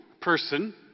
person